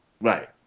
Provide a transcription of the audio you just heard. Right